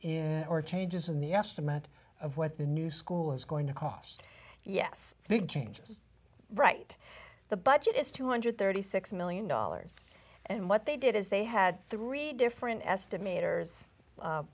in or changes in the estimate of what the new school is going to cost yes big changes right the budget is two hundred and thirty six million dollars and what they did is they had three different estimators